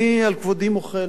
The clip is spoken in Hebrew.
אני על כבודי מוחל,